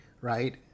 right